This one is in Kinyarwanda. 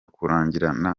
kurangirana